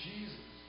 Jesus